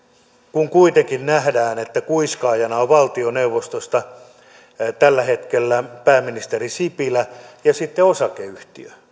kun kuitenkin nähdään että kuiskaajana on valtioneuvostosta tällä hetkellä pääministeri sipilä ja sitten osakeyhtiö